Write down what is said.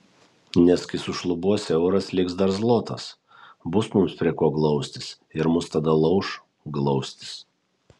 nes kai sušlubuos euras liks dar zlotas bus mums prie ko glaustis ir mus tada lauš glaustis